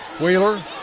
Wheeler